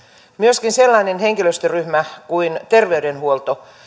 myöskin sellainen henkilöstöryhmä kuin terveydenhuolto